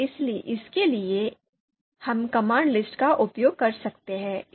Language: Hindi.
इसके लिए हम कमांड लिस्ट का उपयोग कर सकते हैं